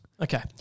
Okay